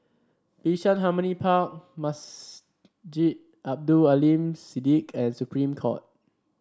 Bishan Harmony Park Masjid Abdul Aleem Siddique and Supreme Court